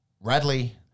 Radley